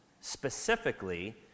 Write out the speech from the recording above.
specifically